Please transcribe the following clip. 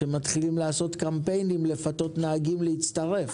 שמתחילים לעשות קמפיינים כדי לפתות נהגים להצטרף,